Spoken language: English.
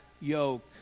yoke